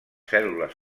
cèl·lules